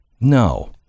No